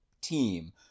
team